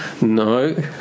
No